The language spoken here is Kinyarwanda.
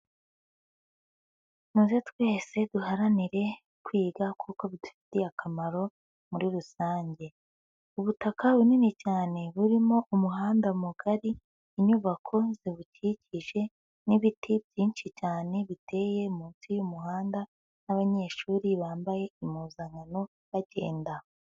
Muze twese duharanire kwiga kuko bidufitiye akamaro muri rusange. Ubutaka bunini cyane burimo umuhanda mugari, inyubako zibukikije n'ibiti byinshi cyane biteye munsi y'umuhanda n'abanyeshuri bambaye impuzankano bagenda.